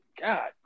God